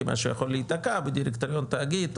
כי משהו יכול להיתקע בדירקטוריון תאגיד,